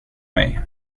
mig